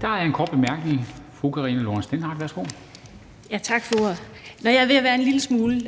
Dehnhardt, værsgo. Kl. 16:55 Karina Lorentzen Dehnhardt (SF): Tak for ordet. Når jeg er ved at være en lille smule